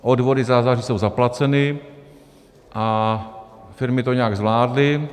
Odvody za září jsou zaplaceny a firmy to nějak zvládly.